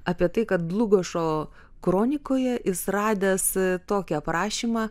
apie tai kad dlugošo kronikoje jis radęs tokį aprašymą